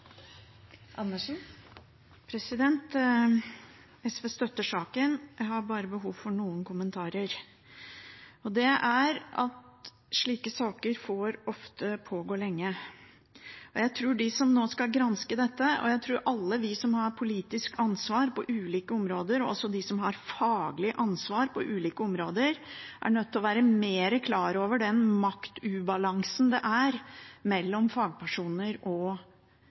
SV støtter saken. Jeg har bare behov for noen kommentarer. Det går på at slike saker ofte får pågå lenge. Jeg tror de som nå skal granske dette, og alle vi som har politisk ansvar på ulike områder, og også de som har faglig ansvar på ulike områder, er nødt til å være mer klar over den maktubalansen det er mellom fagpersoner og